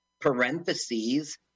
parentheses